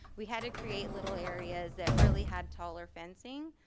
we had to create little areas that really had taller fencing,